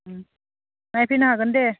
नायफैनो हागोन दे